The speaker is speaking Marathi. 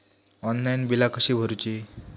ऑनलाइन बिला कशी भरूची?